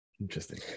Interesting